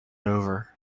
over